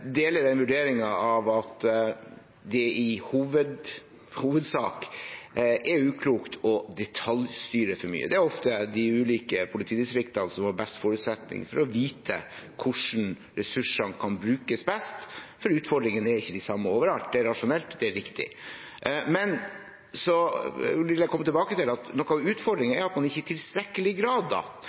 av at det i hovedsak er uklokt å detaljstyre for mye. Det er ofte de ulike politidistriktene som har best forutsetning for å vite hvordan ressursene kan brukes best, for utfordringene er ikke de samme overalt. Det er rasjonelt, det er viktig. Men så vil jeg komme tilbake til at noe av utfordringen er at man ikke i tilstrekkelig grad